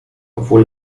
obwohl